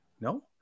No